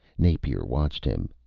napier watched him.